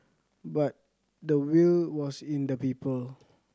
but the will was in the people